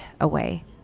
away